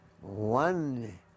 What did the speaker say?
One